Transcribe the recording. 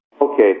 Okay